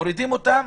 מורידים אותם